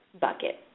bucket